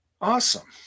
Awesome